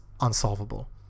unsolvable